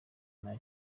nta